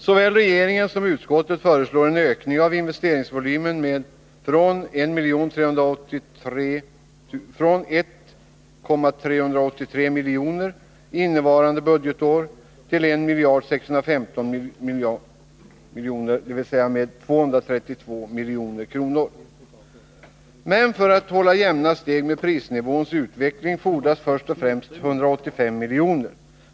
Såväl regeringen som utskottet föreslår en ökning av investeringsvolymen från 1383 miljoner innevarande budgetår till 1 615 miljoner, dvs. med 232 miljoner. Men för att hålla jämna steg med prisnivåns utveckling fordras först och främst 185 milj.kr.